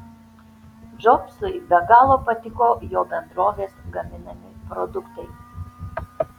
džobsui be galo patiko jo bendrovės gaminami produktai